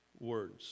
words